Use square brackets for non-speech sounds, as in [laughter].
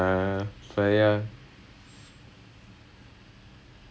my தம்பி:thambi is graduating from N_U_S high this year [noise]